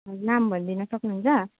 हजुर नाम भनिदिनु सक्नुहुन्छ